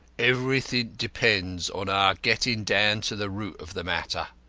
everything depends on our getting down to the root of the matter.